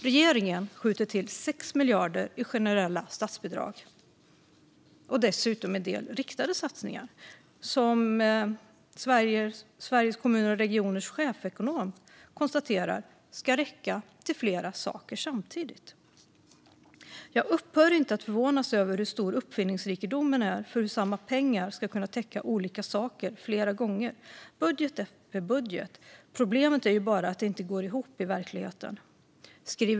Regeringen skjuter till 6 miljarder kronor i generella statsbidrag, och dessutom en del riktade satsningar, som Sveriges Kommuner och Regioners chefsekonom konstaterar ska räcka till flera saker samtidigt. Hon skriver: Jag upphör inte att förvånas över hur stor uppfinningsrikedomen är för hur samma pengar ska kunna täcka olika saker flera gånger, budget efter budget. Problemet är bara att det inte går ihop i verkligheten.